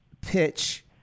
pitch